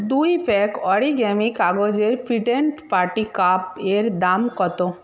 দুই pack origami কাগজের pretend party cup এর দাম কত